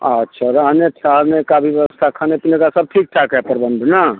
अच्छा रहने ठहरने का भी व्यवस्था खाने पीने का भी सब ठीक ठाक है प्रबंध ना